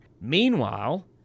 Meanwhile